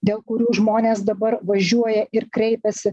dėl kurių žmonės dabar važiuoja ir kreipiasi